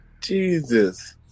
Jesus